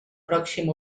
pròxim